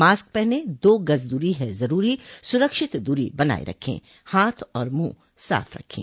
mask पहनें दो गज़ दूरी है ज़रूरी सुरक्षित दूरी बनाए रखें हाथ और मुंह साफ़ रखें